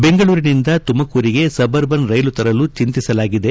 ಬೆಂಗಳೂರಿನಿಂದ ತುಮಕೂರಿಗೆ suburban rail ತರಲು ಚಿಂತಿಸಲಾಗಿದೆ